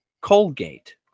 Colgate